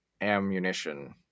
ammunition